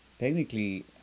Technically